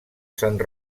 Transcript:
sant